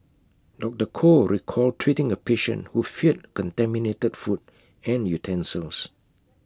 doctor Koh recalled treating A patient who feared contaminated food and utensils